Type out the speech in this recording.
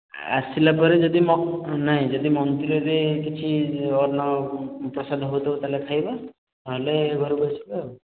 ଆସିଲା ପରେ ଯଦି ନାଇଁ ଯଦି ମନ୍ଦିରରେ କିଛି ଅନ୍ନ ପ୍ରାସାଦ ହେଉଥିବ ତା'ହେଲେ ଖାଇବା ନହେଲେ ଘରକୁ ଆସିବା ଆଉ